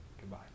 Goodbye